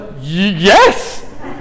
yes